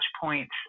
points